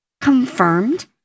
confirmed